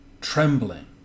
trembling